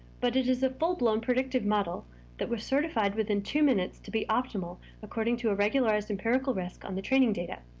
but it is a full-blown predictive model that was certified within two minutes to be optimal according to a regularized empirical risk on the training data,